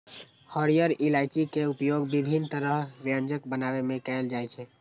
हरियर इलायची के उपयोग विभिन्न तरहक व्यंजन बनाबै मे कैल जाइ छै